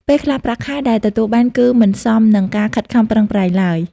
ពេលខ្លះ ប្រាក់ខែដែលទទួលបាន គឺមិនសមនឹងការខិតខំប្រឹងប្រែងឡើយ។